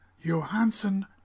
Johansson